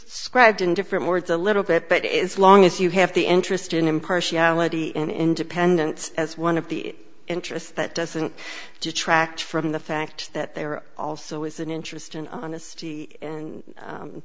scribed in different words a little bit but it's long as you have the interest in impartiality and independence as one of the interests that doesn't detract from the fact that they are also is an interest in honesty and